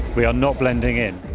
we are not blending in